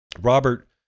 robert